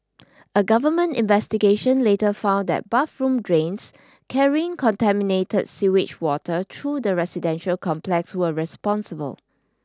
a government investigation later found that bathroom drains carrying contaminated sewage water through the residential complex were responsible